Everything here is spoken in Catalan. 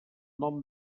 nom